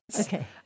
Okay